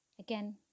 Again